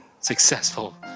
successful